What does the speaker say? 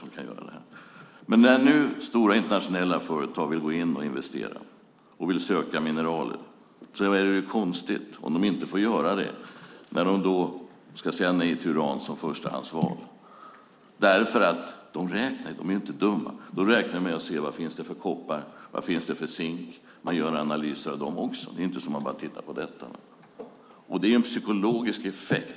Men när nu stora internationella företag vill gå in och investera och vill söka mineraler är det konstigt om de inte får göra det när de ska säga nej till uran som förstahandsval. De är ju inte dumma, utan de räknar med att se hur mycket koppar och zink det finns och gör analyser av det också. De tittar inte bara på uran. Det är en psykologisk effekt.